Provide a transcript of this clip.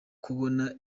kubona